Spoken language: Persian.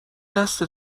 دست